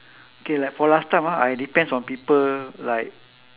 K like for last time ah I depends on people like